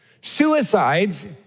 Suicides